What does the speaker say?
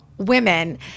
Women